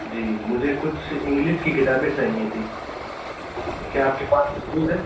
جی مجھے کچھ انگلس کی کتابیں چاہیے تھی کیا آپ کے پاس موجود ہے